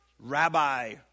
Rabbi